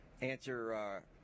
answer